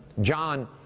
John